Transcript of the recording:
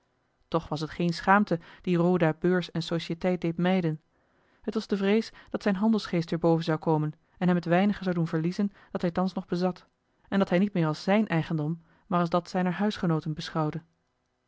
toch was het geen schaamte die roda beurs en societeit deed mijden het was de vrees dat zijn handelsgeest weer boven zou komen en hem het weinige zou doen verliezen dat hij thans nog bezat en dat hij niet meer als zijn eigendom maar als dat zijner huisgenooten beschouwde